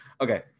Okay